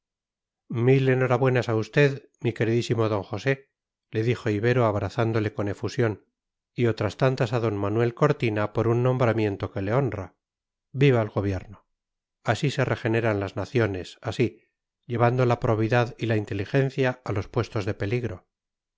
mil enhorabuenas a usted mi queridísimo d josé le dijo ibero abrazándole con efusión y otras tantas a d manuel cortina por un nombramiento que le honra viva el gobierno así se regeneran las naciones así llevando la probidad y la inteligencia a los puestos de peligro